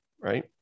Right